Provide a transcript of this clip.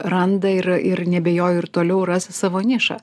randa ir ir neabejoju ir toliau ras savo nišą